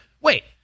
Wait